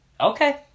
Okay